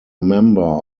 member